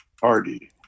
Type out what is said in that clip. party